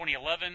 2011